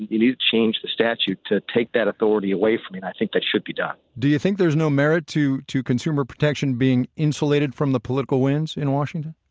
you need to change the statute to take that authority away from me, and i think that should be done do you think there's no merit to to consumer protection being insulated from the political winds in washington?